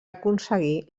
aconseguir